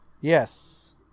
Yes